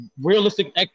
realistic